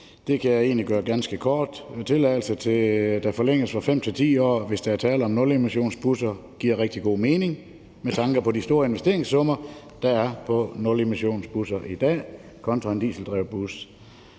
jeg egentlig gøre ganske kort. At tilladelserne forlænges fra 5 til 10 år, hvis der er tale om nulemissionsbusser, giver rigtig god mening med tanke på de store investeringssummer, der er i forbindelse med nulemissionsbusser i dag, kontra dieseldrevne busser.